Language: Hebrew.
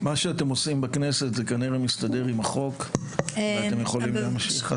מה שאתם עושים בכנסת כנראה מסתדר עם החוק ואתם יכולים להמשיך.